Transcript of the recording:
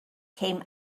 came